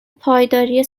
پایداری